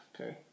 Okay